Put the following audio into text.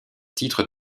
titre